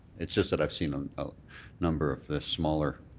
it's just that i've seen a number of the smaller,